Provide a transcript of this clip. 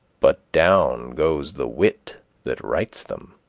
but down goes the wit that writes them.